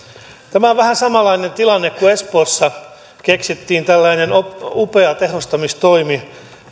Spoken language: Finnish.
tämä on vähän samanlainen tilanne kuin se kun espoossa jorvin sairaalassa keksittiin tällainen upea tehostamistoimi